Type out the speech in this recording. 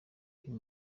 uyu